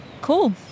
Cool